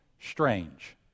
strange